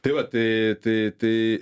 tai vat tai tai tai